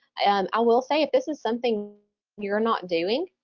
um i will say if this is something you're not doing,